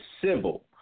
civil